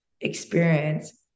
experience